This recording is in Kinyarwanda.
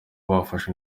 bafashe